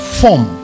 form